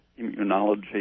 immunology